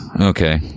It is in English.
okay